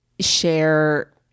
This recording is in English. share